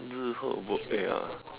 eh ya